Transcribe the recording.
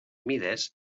mides